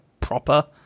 proper